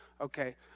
Okay